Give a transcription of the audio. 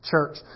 church